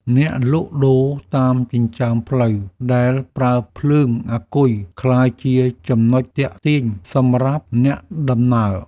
អ្នកលក់ដូរតាមចិញ្ចើមផ្លូវដែលប្រើភ្លើងអាគុយ ក្លាយជាចំណុចទាក់ទាញសម្រាប់អ្នកដំណើរ។